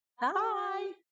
Bye